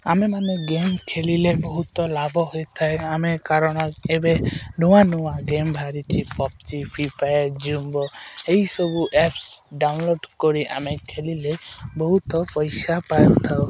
ଆମେମାନେ ଗେମ୍ ଖେଳିଲେ ବହୁତ ଲାଭ ହୋଇଥାଏ ଆମେ କାରଣ ଏବେ ନୂଆ ନୂଆ ଗେମ୍ ବାହାରିଛି ପବ୍ଜି ଫ୍ରି ଫାୟାର ଜୁମ୍ବୋ ଏଇସବୁ ଆପ୍ସ ଡାଉନଲୋଡ଼୍ କରି ଆମେ ଖେଲିଲେ ବହୁତ ପଇସା ପାଉଥାଉ